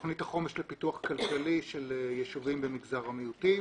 תוכנית החומש לפיתוח כלכלי של יישובים במגזר המיעוטים,